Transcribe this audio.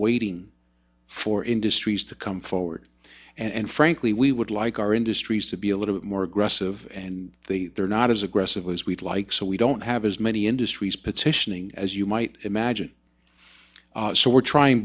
waiting for industries to come forward and frankly we would like our industries to be a little bit more aggressive and they're not as aggressively as we'd like so we don't have as many industries petitioning as you might imagine so we're trying